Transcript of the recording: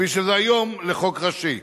כפי שזה היום, לחוק ראשי.